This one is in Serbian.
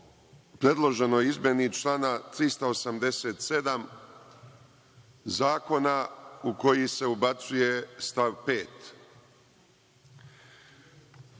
predloženoj izmeni člana 387. zakona u koji se ubacuje stav